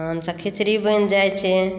हँ से खिचड़ी बनि जाइ छै